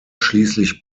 schließlich